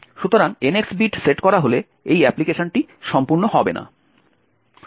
সুতরাং NX bit set করা হলে এই অ্যাপ্লিকেশনটি সম্পূর্ণ হবে না